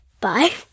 Bye